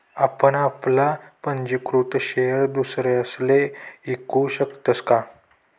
आपण आपला पंजीकृत शेयर दुसरासले ईकू शकतस का?